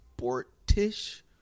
sportish